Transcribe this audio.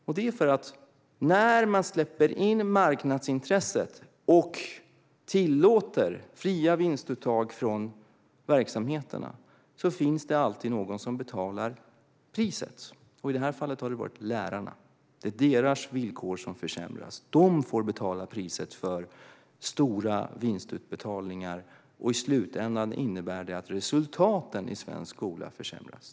Anledningen är att när man släpper in marknadsintresset och tillåter fria vinstuttag från verksamheterna finns det alltid någon som betalar priset. I det här fallet har det varit lärarna. Det är deras villkor som försämras. De får betala priset för stora vinstutbetalningar, och i slutändan innebär det att resultaten i svensk skola försämras.